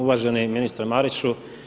Uvaženi ministre Mariću.